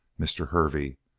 mr. hervey.